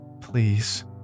Please